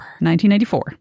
1994